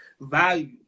value